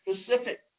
specific